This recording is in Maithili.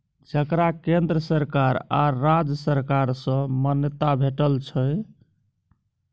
जकरा केंद्र सरकार आ राज्य सरकार सँ मान्यता भेटल छै